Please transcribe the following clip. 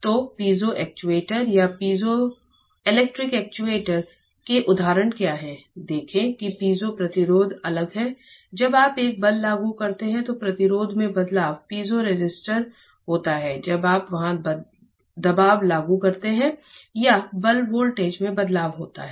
तो piezo actuator या piezoelectric actuator के उदाहरण क्या हैं देखें कि पीजो प्रतिरोधक अलग है जब आप एक बल लागू करते हैं तो प्रतिरोध में बदलाव पीजो रजिस्टर होता है जब आप वहां दबाव लागू करते हैं या बल वोल्टेज में बदलाव होता है